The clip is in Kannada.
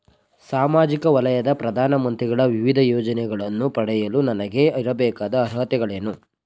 ಸಾಮಾಜಿಕ ವಲಯದ ಪ್ರಧಾನ ಮಂತ್ರಿಗಳ ವಿವಿಧ ಯೋಜನೆಗಳನ್ನು ಪಡೆಯಲು ನನಗೆ ಇರಬೇಕಾದ ಅರ್ಹತೆಗಳೇನು?